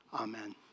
Amen